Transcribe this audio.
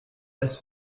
als